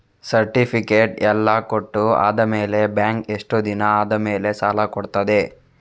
Certificate ಎಲ್ಲಾ ಕೊಟ್ಟು ಆದಮೇಲೆ ಬ್ಯಾಂಕ್ ಎಷ್ಟು ದಿನ ಆದಮೇಲೆ ಸಾಲ ಕೊಡ್ತದೆ?